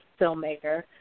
filmmaker